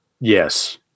Yes